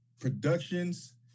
Productions